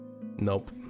Nope